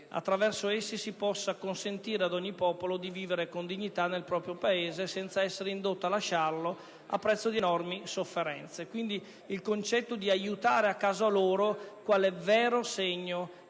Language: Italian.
attraverso essi si possa consentire ad ogni popolo di vivere con dignità nel proprio Paese senza essere indotto a lasciarlo a prezzo di enormi sofferenze. Il concetto di "aiutare a casa loro", quindi, quale vero segno